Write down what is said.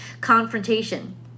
confrontation